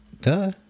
Duh